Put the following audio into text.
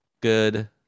good